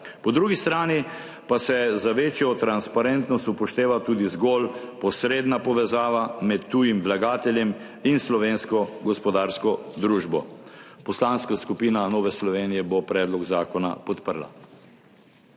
Po drugi strani pa se za večjo transparentnost upošteva tudi zgolj posredna povezava med tujim vlagateljem in slovensko gospodarsko družbo. Poslanska skupina Nove Slovenije bo predlog zakona podprla.